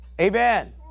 Amen